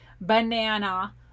banana